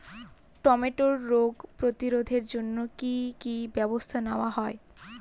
টমেটোর রোগ প্রতিরোধে জন্য কি কী ব্যবস্থা নেওয়া হয়?